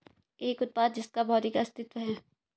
एक उत्पाद जिसका भौतिक अस्तित्व है?